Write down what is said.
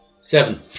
Seven